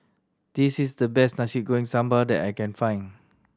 this is the best Nasi Goreng Sambal that I can find